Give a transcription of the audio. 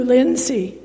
Lindsay